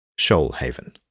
Shoalhaven